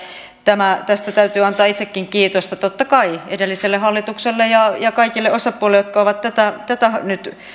tästä täytyy antaa itsekin kiitosta totta kai edelliselle hallitukselle ja ja kaikille osapuolille jotka ovat tätä tätä